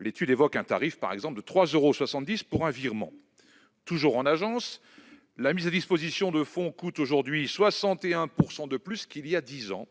l'étude évoque un tarif de 3,70 euros par virement. Toujours en agence, la mise à disposition de fonds coûte aujourd'hui 61 % de plus qu'il y a dix ans.